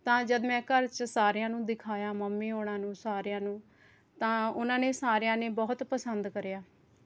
ਤਾਂ ਜਦ ਮੈਂ ਘਰ ਵਿੱਚ ਸਾਰਿਆਂ ਨੂੰ ਦਿਖਾਇਆ ਮੰਮੀ ਹੁਣਾ ਨੂੰ ਸਾਰਿਆਂ ਨੂੰ ਤਾਂ ਉਨ੍ਹਾਂ ਨੇ ਸਾਰਿਆਂ ਨੇ ਬਹੁਤ ਪਸੰਦ ਕਰਿਆ